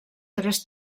tres